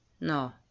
no